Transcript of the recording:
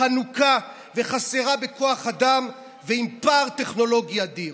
חנוקה וחסרה כוח אדם ועם פער טכנולוגי אדיר,